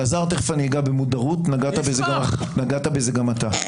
אלעזר, תכף אני אגע במודרות, נגעת בזה גם אתה.